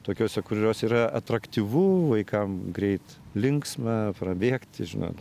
tokiose kurios yra atraktyvu vaikam greit linksma prabėgti žinot